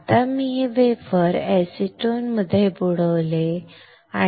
आता मी हे वेफर एसीटोनमध्ये बुडवले आहे